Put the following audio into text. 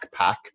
backpack